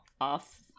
off